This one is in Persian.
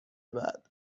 بعد